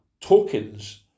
tokens